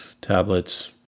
tablets